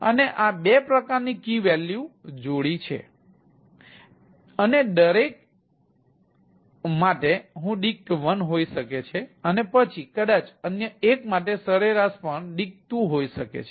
અને આ બે પ્રકારની કી વેલ્યુ જોડી છે અને દરેક 1 માટે હું dict 1 હોઈ શકે છે પછી કદાચ અન્ય એક માટે સરેરાશ પણ dict 2 હોઈ શકે છે